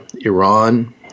Iran